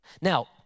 Now